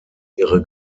ihre